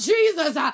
Jesus